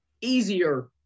easier